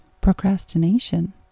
procrastination